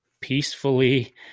peacefully